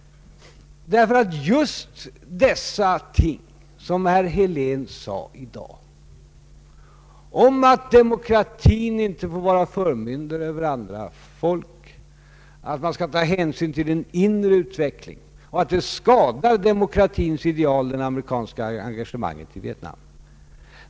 Herr Helén talade i dag om att demokratin inte får vara förmyndare över andra folk, att man skall ta hänsyn till den inre utvecklingen och att det amerikanska engagemanget i Vietnam skadar demokratins ideal.